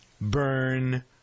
burn